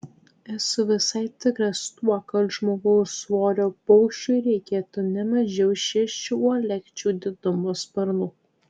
esu visai tikras tuo kad žmogaus svorio paukščiui reikėtų ne mažiau šešių uolekčių didumo sparnų